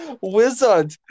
Wizard